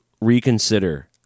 reconsider